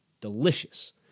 delicious